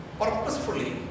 purposefully